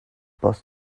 bost